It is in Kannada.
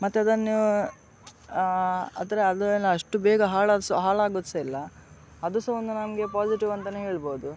ಮತ್ತದನ್ನು ಅದರ ಅದನ್ನು ಅಷ್ಟು ಬೇಗ ಹಾಳಾದು ಸಹ ಹಾಳಾಗುದು ಸಹ ಇಲ್ಲ ಅದು ಸಹ ಒಂದು ನಮಗೆ ಪೊಸಿಟಿವ್ ಅಂತಾನೆ ಹೇಳ್ಬೋದು